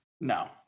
No